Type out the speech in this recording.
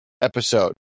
episode